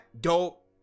dope